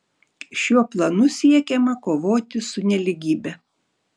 šiuo planu siekiama kovoti su nelygybe